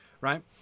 Right